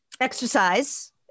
exercise